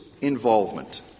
involvement